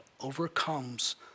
overcomes